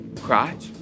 crotch